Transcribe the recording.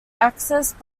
accessed